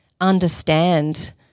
understand